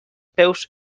peus